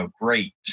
great